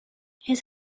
his